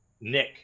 nick